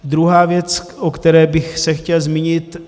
Druhá věc, o které bych se chtěl zmínit.